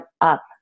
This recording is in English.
up